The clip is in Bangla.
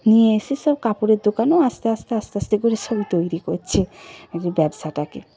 নিয়ে এসে সব কাপড়ের দোকানও আস্তে আস্তে আস্তে আস্তে করে সব তৈরি করছে ব্যবসাটাকে